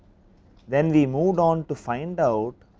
then we moved on to find out,